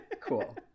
cool